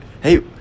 hey